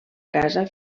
casa